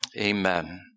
Amen